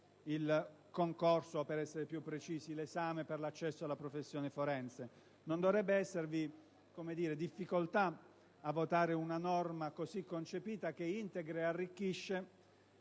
il concorso o, per essere più precisi, l'esame per l'accesso alla professione forense. Non dovrebbero esservi difficoltà a votare una norma così concepita, che integra ed arricchisce